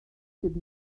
sydd